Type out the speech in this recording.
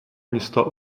města